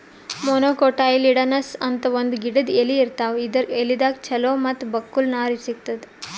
monocotyledonous ಅಂತ್ ಒಂದ್ ಗಿಡದ್ ಎಲಿ ಇರ್ತಾವ ಇದರ್ ಎಲಿದಾಗ್ ಚಲೋ ಮತ್ತ್ ಬಕ್ಕುಲ್ ನಾರ್ ಸಿಗ್ತದ್